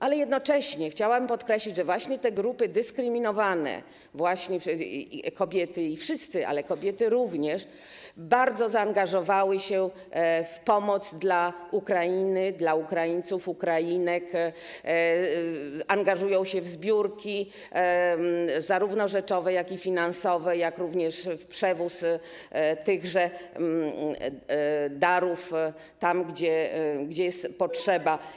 Ale jednocześnie chciałam podkreślić, że właśnie te grupy dyskryminowane, właśnie kobiety, wszyscy, ale kobiety również, bardzo zaangażowały się w pomoc dla Ukrainy, dla Ukraińców, Ukrainek, angażują się w zbiórki zarówno rzeczowe, jak i finansowe, jak również w przewóz tychże darów tam, gdzie jest potrzeba.